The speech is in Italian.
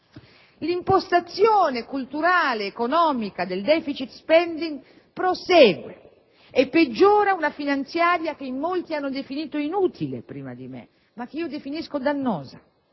L'impostazione culturale, economica, del *deficit spending* prosegue e peggiora una finanziaria che molti hanno definito inutile prima di me, ma che io definisco dannosa.